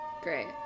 Great